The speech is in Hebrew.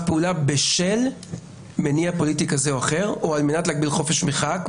פעולה בשל מניע פוליטי כזה או אחר או על מנת להגביל חופש מחאה.